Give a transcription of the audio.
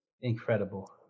Incredible